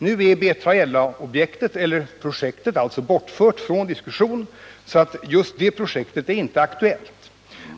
Nu är B3LA-projektet alltså bortfört ur diskussionen, varför just detta projekt inte är aktuellt.